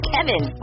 Kevin